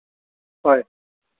হয়